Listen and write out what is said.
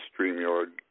Streamyard